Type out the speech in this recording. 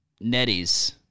Nettie's